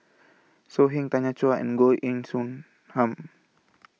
So Heng Tanya Chua and Goh Heng Soon Ham